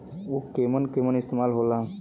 उव केमन केमन इस्तेमाल हो ला?